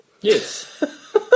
Yes